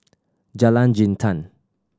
Jalan Jintan